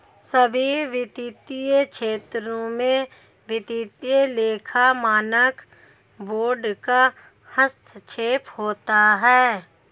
सभी वित्तीय क्षेत्रों में वित्तीय लेखा मानक बोर्ड का हस्तक्षेप होता है